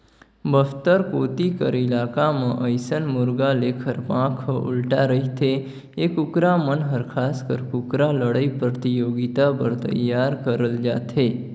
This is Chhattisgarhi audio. बस्तर कोती कर इलाका म अइसन मुरगा लेखर पांख ह उल्टा रहिथे ए कुकरा मन हर खासकर कुकरा लड़ई परतियोगिता बर तइयार करल जाथे